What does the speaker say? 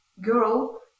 girl